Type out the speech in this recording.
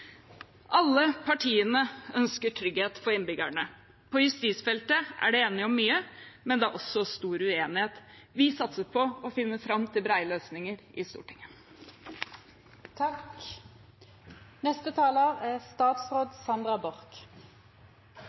Alle partiene ønsker trygghet for innbyggerne. På justisfeltet er man enig om mye, men det er også stor uenighet. Vi satser på å finne fram til brede løsninger i